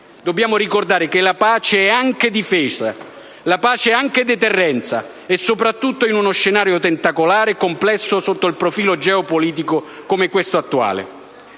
Dobbiamo ricordare che la pace è anche difesa; la pace è anche deterrenza, soprattutto in uno scenario tentacolare e complesso sotto il profilo geopolitico come quello attuale.